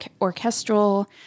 orchestral